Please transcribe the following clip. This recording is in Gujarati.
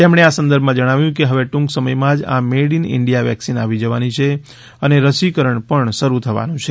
તેમણે આ સંદર્ભમાં જણાવ્યું કે હવે ટ્રંક સમયમાં જ આ મેઇડ ઇન ઇન્ડીયા વેકસીન આવી જવાની છે અને રસીકરણ પણ શરૂ થવાનું છે